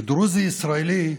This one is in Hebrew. כדרוזי ישראלי,